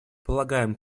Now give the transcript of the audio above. полагаем